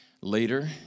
Later